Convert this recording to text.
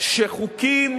שחוקים